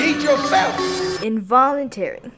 Involuntary